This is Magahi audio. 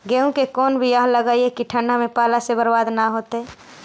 गेहूं के कोन बियाह लगइयै कि ठंडा में पाला से बरबाद न होतै?